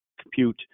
compute